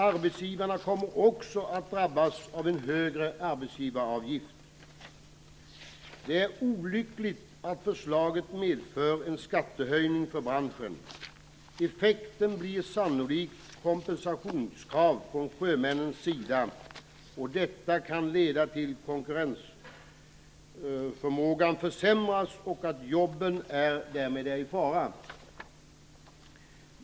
Arbetsgivarna kommer också att drabbas av en högre arbetsgivaravgift. Det är olyckligt att förslaget medför en skattehöjning för branschen. Effekten blir sannolikt kompensationskrav från sjömännen, vilket kan leda till att konkurrensförmågan försämras och att jobben därmed är i fara.